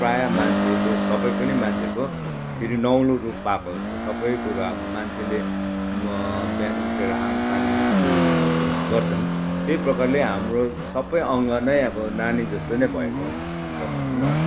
प्राय मान्छेको सबै पनि मान्छेको फेरि नौलो रूप पाएको जस्तो सबै कुरो मान्छेले बिहान उठेर आङ तान्ने उयोहरू गर्छन् त्यही प्रकारले हाम्रो सबै अङ्ग नै अब नानी जस्तो नै भएको हुन्छ भनौँ न